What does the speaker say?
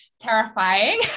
Terrifying